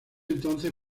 entonces